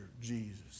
Jesus